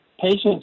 Patients